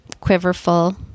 quiverful